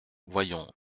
voyons